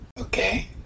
Okay